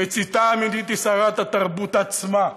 המציתה האמיתית היא שרת התרבות עצמה,